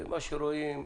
ומה שרואים,